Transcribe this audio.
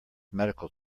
medical